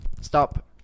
Stop